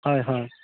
হয় হয়